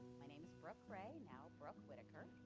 my name is brooke ray, now brooke whitaker.